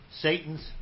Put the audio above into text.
Satan's